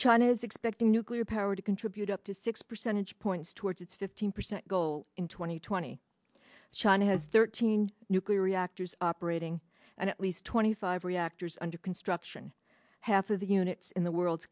china is expecting nuclear power to contribute up to six percentage points towards its fifteen percent goal in two thousand and twenty china has thirteen nuclear reactors operating and at least twenty five reactors under construction half of the units in the world